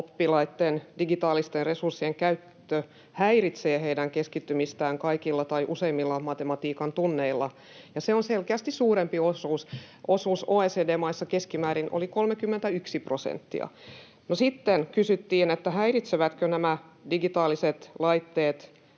oppilaitten digitaalisten resurssien käyttö häiritsee heidän keskittymistään kaikilla tai useimmilla matematiikan tunneilla. Ja se on selkeästi suurempi osuus — osuus OECD-maissa keskimäärin oli 31 prosenttia. No, sitten kun kysyttiin, häiritsevätkö nämä digitaaliset laitteet